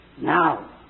Now